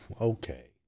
okay